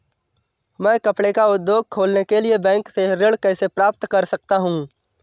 मैं कपड़े का उद्योग खोलने के लिए बैंक से ऋण कैसे प्राप्त कर सकता हूँ?